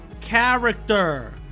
character